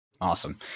awesome